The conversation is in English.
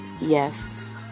yes